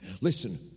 listen